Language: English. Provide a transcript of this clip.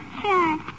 Sure